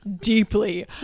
deeply